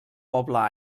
poble